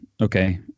okay